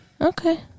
Okay